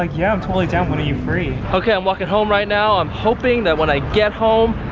like yeah i'm totally down, when are you free? okay, i'm walking home right now. i'm hoping that when i get home,